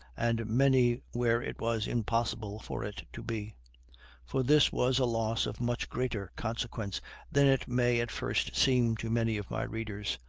and many where it was impossible for it to be for this was a loss of much greater consequence than it may at first seem to many of my readers.